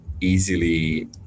easily